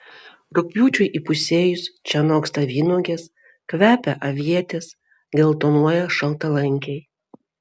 rugpjūčiui įpusėjus čia noksta vynuogės kvepia avietės geltonuoja šaltalankiai